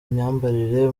myambarire